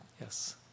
Yes